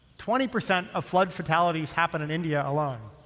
twenty percent of flood fatalities happen in india alone.